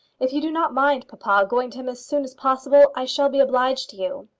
if you do not mind, papa, going to him as soon as possible, i shall be obliged to you.